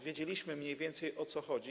Wiedzieliśmy mniej więcej, o co chodzi.